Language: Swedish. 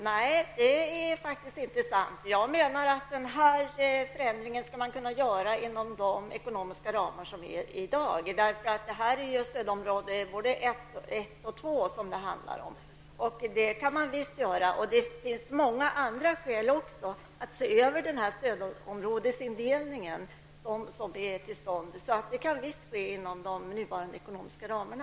Herr talman! Nej, det är faktiskt inte sant. Jag menar att denna förändring skall kunna göras inom de ekonomiska ramar som finns i dag. Det handlar om båda stödområdena. Det finns även många andra skäl att se över den stödområdesindelning som har kommit till stånd. Det kan visst ske inom de nuvarande ekonomiska ramarna.